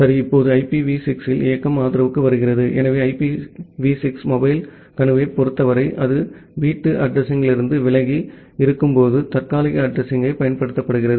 சரி இப்போது ஐபிவி 6 இல் இயக்கம் ஆதரவுக்கு வருகிறது எனவே ஐபிவி 6 மொபைல் கணுவைப் பொறுத்தவரை அது வீட்டு அட்ரஸிங்யிலிருந்து விலகி இருக்கும்போது தற்காலிக அட்ரஸிங்யைப் பயன்படுத்துகிறது